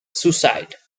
suicide